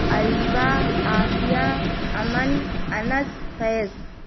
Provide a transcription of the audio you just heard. Areeba Afia Aman Anas Faiz